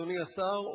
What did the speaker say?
אדוני השר,